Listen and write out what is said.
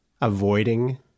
avoiding